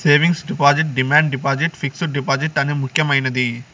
savings deposit demand deposit fixed deposit అనే ముక్యమైనది